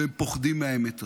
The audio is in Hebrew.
והם פוחדים מהאמת הזאת.